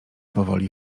powoli